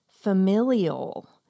familial